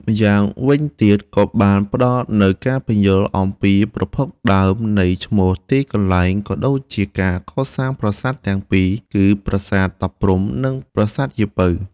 ម្យ៉ាងវិញទៀត ក៏បានផ្តល់នូវការពន្យល់អំពីប្រភពដើមនៃឈ្មោះទីកន្លែង ក៏ដូចជាការកសាងប្រាសាទទាំងពីរ គឺប្រាសាទតាព្រហ្ម និងប្រាសាទយាយពៅ។